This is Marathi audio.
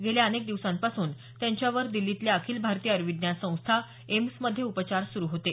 गेल्या अनेक दिवसांपासून त्यांच्यावर दिल्लीतल्या अखिल भारतीय आयुर्विज्ञान संस्था एम्समध्ये उपचार सुरु होते